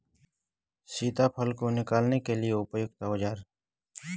सीताफल को निकालने के लिए उपयुक्त औज़ार?